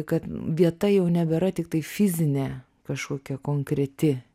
kad vieta jau nebėra tiktai fizinė kažkokia konkreti